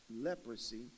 leprosy